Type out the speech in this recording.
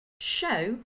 show